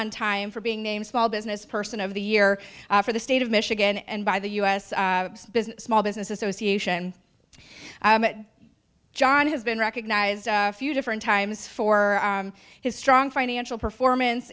on time for being named small business person of the year for the state of michigan and by the u s business small business association john has been recognized a few different times for his strong financial performance